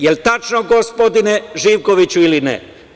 Jel tačno, gospodine Živkoviću, ili ne?